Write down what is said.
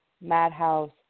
madhouse